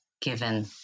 given